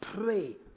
pray